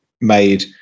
made